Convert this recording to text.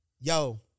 Yo